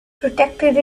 protected